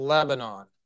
Lebanon